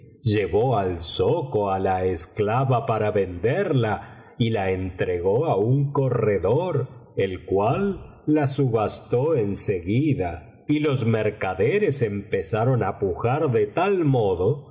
llevó al zoco á la esclava para venderla y la entregó á un corredor el cual la subastó en seguida y los mercaderes empezaron á pujar de tal modo